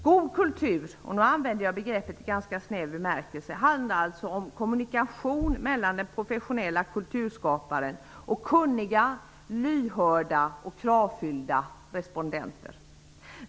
God kultur -- och nu använder jag begreppet i ganska snäv bemärkelse -- handlar alltså om kommunikation mellan den professionelle kulturskaparen och kunniga, lyhörda och kravfyllda respondenter.